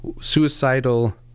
suicidal